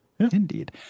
Indeed